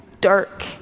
dark